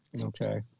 okay